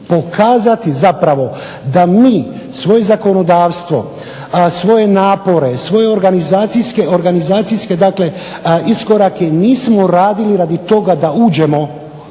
pokazati zapravo da mi svoje zakonodavstvo, svoje napore, svoje organizacijske iskorake nismo radili radi toga da uđemo